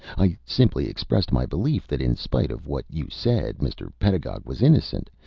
i simply expressed my belief that in spite of what you said mr. pedagog was innocent,